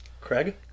Craig